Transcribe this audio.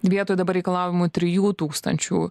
vietoj dabar reikalaujamų trijų tūkstančių